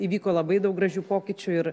įvyko labai daug gražių pokyčių ir